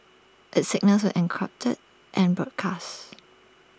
its signals are encrypted and broadcast